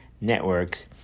networks